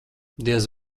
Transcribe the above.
diez